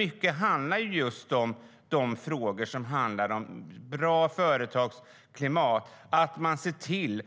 Mycket handlar om bra företagsklimat, till